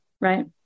right